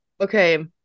okay